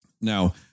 Now